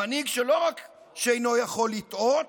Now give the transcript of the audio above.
המנהיג שלא רק שאינו יכול לטעות,